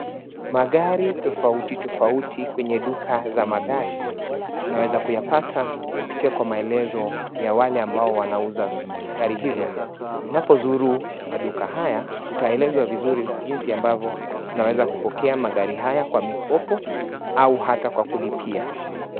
Magari tofauti tofauti kwenye duka za magari unaweza kuyapata kpitia kwa maelezo ya wale ambao wanauza gari hizo unapozuru maduka haya utaelezwa jinsi utakavyopokea magari haya kwa mkopo au hata kwa kulipia.